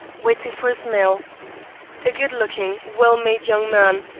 waiting for his mail a good-looking, well-made young man,